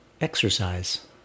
exercise